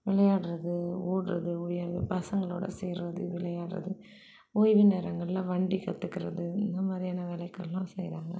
விளையாடுறது ஓடுறது ஒடியாட்றது பசங்களோட சேர்வது விளையாடுறது ஓய்வு நேரங்களில் வண்டி கற்றுக்கிறது இந்த மாதிரியான வேலைகள்லாம் செய்கிறாங்க